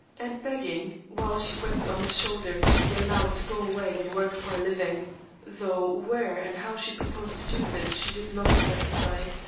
and begging, while she wept on his shoulder, to be allowed to go away and work for her living though where and how she proposed to do this she did not specify.